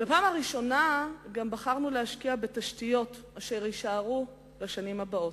בפעם הראשונה גם בחרנו להשקיע בתשתיות אשר יישארו לשנים הבאות.